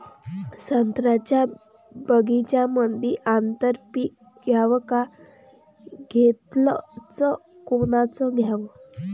संत्र्याच्या बगीच्यामंदी आंतर पीक घ्याव का घेतलं च कोनचं घ्याव?